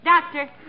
Doctor